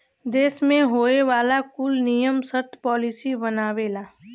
देस मे होए वाला कुल नियम सर्त पॉलिसी बनावेला